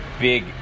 big